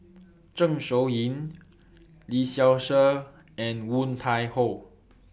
Zeng Shouyin Lee Seow Ser and Woon Tai Ho